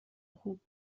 خوب